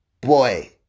boy